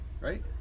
Right